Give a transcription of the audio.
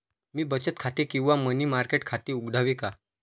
मी बचत खाते किंवा मनी मार्केट खाते उघडावे का?